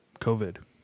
COVID